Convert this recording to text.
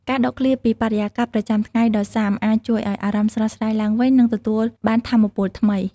ការដកឃ្លាពីបរិយាកាសប្រចាំថ្ងៃដ៏ស៊ាំអាចជួយឲ្យអារម្មណ៍ស្រស់ស្រាយឡើងវិញនិងទទួលបានថាមពលថ្មី។